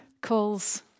calls